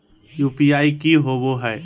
UPI की होवे है?